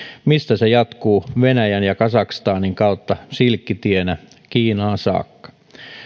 mistä se jatkuu venäjän ja kazakstanin kautta silkkitienä kiinaan saakka